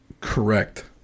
correct